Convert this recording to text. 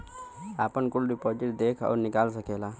आपन कुल डिपाजिट देख अउर निकाल सकेला